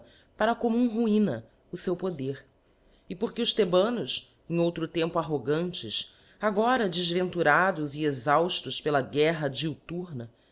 para commum ruina o feu poder e porque os thebanos em outro tempo arrogantes agora defventurados e exhauftos pela guerra diuturna era